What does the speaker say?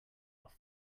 off